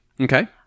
Okay